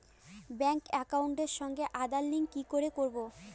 Bank একাউন্টের সঙ্গে Aadhaar link কি করে করবো?